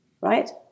right